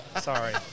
sorry